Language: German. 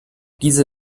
diese